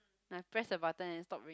nah press the button and stop ring